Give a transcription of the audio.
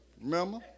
Remember